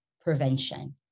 prevention